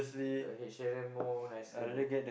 the H-and-M more nicer bro